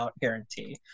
guarantee